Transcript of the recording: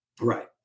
Right